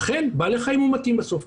אכן בעלי חיים מומתים בסוף,